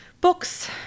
books